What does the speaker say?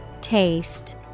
Taste